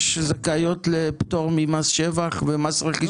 46 זכאיות לפטור ממס שבח וממס רכישה?